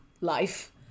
life